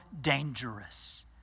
dangerous